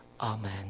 Amen